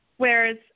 Whereas